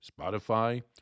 Spotify